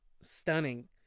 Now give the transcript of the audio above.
stunning